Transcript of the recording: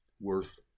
worth